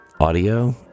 audio